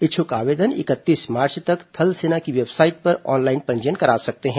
इच्छुक आवेदक इकतीस मार्च तक थल सेना की वेबसाइट पर ऑनलाइन पंजीयन करा सकते हैं